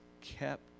kept